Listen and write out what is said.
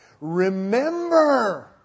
remember